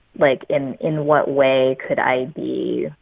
like in in what way could i be,